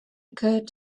occurred